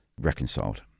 reconciled